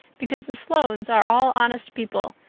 because the sloanes are all honest people,